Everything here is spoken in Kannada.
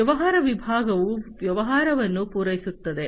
ವ್ಯಾಪಾರ ವಿಭಾಗವು ವ್ಯವಹಾರವನ್ನು ಪೂರೈಸುತ್ತದೆ